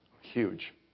huge